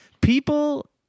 people